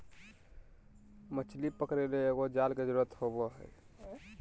मछली पकरे ले एगो जाल के जरुरत होबो हइ